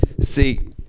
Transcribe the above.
See